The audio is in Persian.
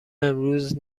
امروز